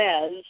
says